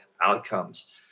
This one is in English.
outcomes